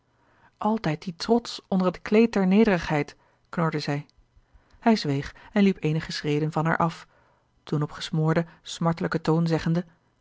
altijd die trots onder het kleed der nederigheid knorde zij ij zweeg en liep eenige schreden van haar af toen op gesmoorden smartelijken toon zeggende